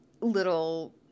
little